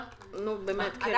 נו באמת, קרן.